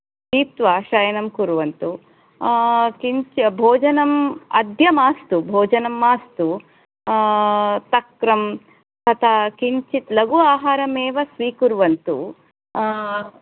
पीत्वा शयनं कुर्वन्तु किञ्च भोजनं अद्य मास्तु भोजनं मास्तु तक्रं तथा किञ्चित् लघु आहारमेव स्वीकुर्वन्तु